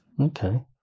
Okay